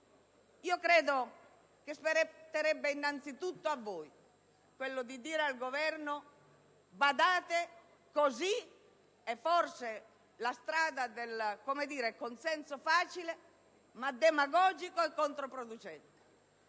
Credo che spetterebbe innanzitutto a voi dire al Governo: badate, questa è forse la strada del consenso facile, ma demagogico e controproducente.